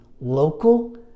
local